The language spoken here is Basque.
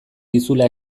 dizula